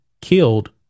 killed